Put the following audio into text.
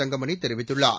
தங்கமணி தெரிவித்துள்ளார்